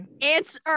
Answer